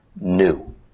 new